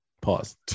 Pause